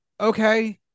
okay